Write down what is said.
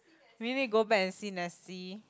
we need to go back and see Nessie